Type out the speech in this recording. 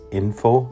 info